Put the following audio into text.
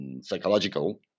psychological